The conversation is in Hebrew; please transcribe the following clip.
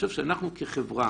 כחברה